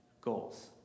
goals